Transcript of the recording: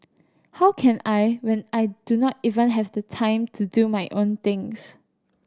how can I when I do not even have the time to do my own things